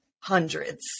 hundreds